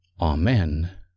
Amen